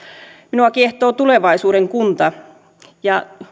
minua kiehtoo tulevaisuuden kunta